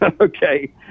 Okay